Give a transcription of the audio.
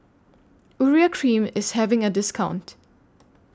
Urea Cream IS having A discount